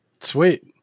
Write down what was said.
sweet